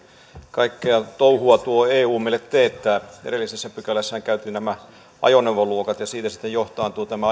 kaikkea touhua tuo eu meille teettää edellisessä pykälässähän käytiin nämä ajoneuvoluokat ja siitä sitten johtaantuu tämä